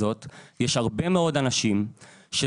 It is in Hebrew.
יש ה ואני רבה מאוד אנשים שסובלים,